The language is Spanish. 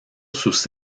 sus